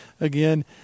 Again